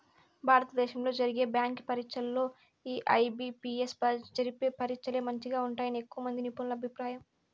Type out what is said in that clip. భారత దేశంలో జరిగే బ్యాంకి పరీచ్చల్లో ఈ ఐ.బి.పి.ఎస్ జరిపే పరీచ్చలే మంచిగా ఉంటాయని ఎక్కువమంది నిపునుల అభిప్రాయం